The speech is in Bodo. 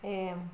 एम